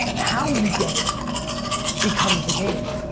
how you get it becomes the game.